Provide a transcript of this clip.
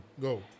Go